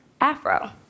afro